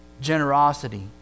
Generosity